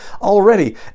already